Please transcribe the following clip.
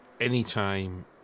anytime